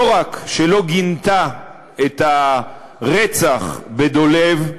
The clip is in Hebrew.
לא רק שלא גינתה את הרצח בדולב,